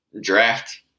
draft